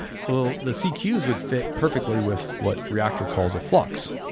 so the cqs would fit perfectly with what reactor calls a flux,